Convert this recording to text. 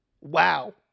Wow